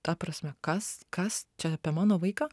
ta prasme kas kas čia apie mano vaiką